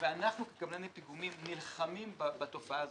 ואנחנו כקבלני פיגומים נלחמים בתופעה הזאת.